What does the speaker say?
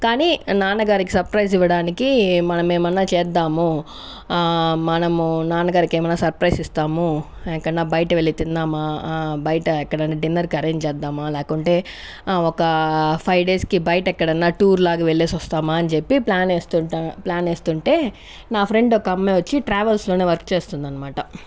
కానీ నాన్నగారికి సప్రైజ్ ఇవ్వడానికి మనమేమన్న చేద్దాము మనము నాన్నగారికి ఏమన్న సప్రైజ్ ఇస్తాము ఎక్కన్న బయటవెళ్ళి తిందామా బయట ఎక్కడన్న డిన్నర్కి అరేంజ్ చేద్దామా లేకుంటే ఒక ఫైవ్డేస్కి బయట ఎక్కడన్న టూర్లాగా వెళ్ళేసొస్తామా అని చెప్పి ప్లాన్ వేస్తు ప్లాన్ వేస్తుంటే నా ఫ్రెండ్ ఒక అమ్మాయి వచ్చి ట్రావెల్స్ లోనే వర్క్ చేస్తుందన్మాట